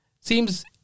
seems